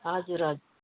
हजुर हजुर